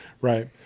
Right